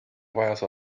vajas